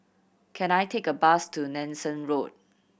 can I take a bus to Nanson Road